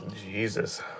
Jesus